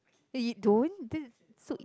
eh you don't this is so